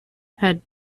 had